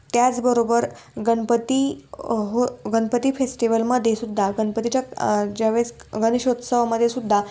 त्याचबरोबर गणपती हो गणपती फेस्टिवलमध्ये सुुद्धा गणपतीच्या ज्यावेळेस गणेशोत्सवमध्ये सुद्धा